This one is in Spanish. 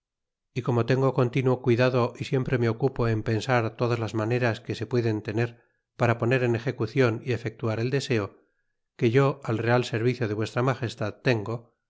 y como tengo continuo cuidado y siempre me ocupo en pensar todas las maneras que se puedan tener para poner en execucion y efectuar el deseo que yo al real servicio de vues ira magestad tengo